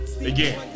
Again